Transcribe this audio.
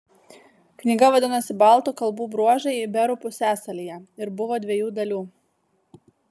knyga vadinosi baltų kalbų bruožai iberų pusiasalyje ir buvo dviejų dalių